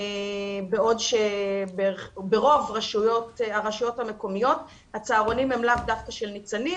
בעוד שברוב הרשויות המקומיות הצהרונים הם לאו דווקא של ניצנים,